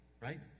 right